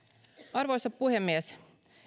arvoisa puhemies